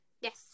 yes